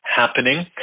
happening